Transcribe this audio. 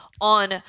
on